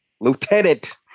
Lieutenant